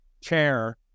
chair